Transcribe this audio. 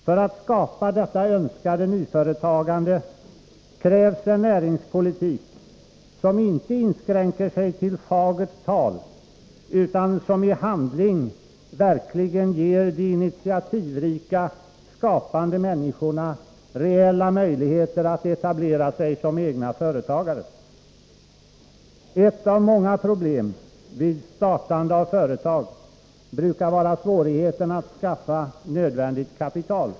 För att skapa detta önskade nyföretagande krävs en näringspolitik som inte inskränker sig till fagert tal utan som i handling verkligen ger de initiativrika, skapande människorna reella möjligheter att etablera sig som egna företagare. Ett av många problem vid startande av företag brukar vara svårigheten att skaffa nödvändigt kapital.